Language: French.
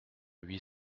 huit